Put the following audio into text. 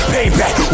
Payback